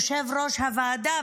יושב-ראש הוועדה,